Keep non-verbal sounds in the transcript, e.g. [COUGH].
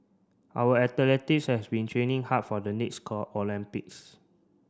our athletics have been training hard for the next [UNINTELLIGIBLE] Olympics